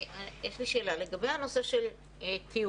יש לי שאלה, לגבי הנושא של טיולים.